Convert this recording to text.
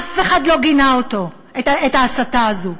אף אחד לא גינה את ההסתה הזו.